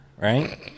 Right